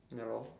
ya lor